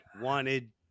wanted